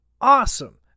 awesome